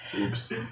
Oops